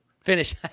Finish